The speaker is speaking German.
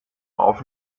auf